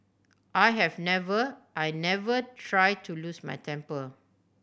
I have never I never try to lose my temper